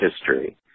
history